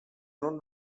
non